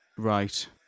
Right